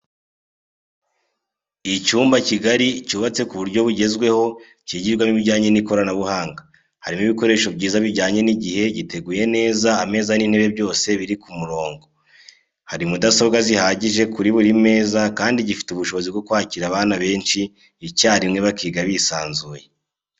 Icyumba kigari cyubatse ku buryo bwugezweho kigirwamo ibijyanye n'ikoranabuhanga harimo ibikoresho byiza bijyanye n'igihe, giteguye neza ameza n'intebe byose biri ku murongo, hari mudasobwa zihagije kuri buri meza kandi gifite ubushobozi bwo kwakira abana benshi icyarimwe bakiga bisanzuye.